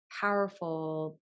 powerful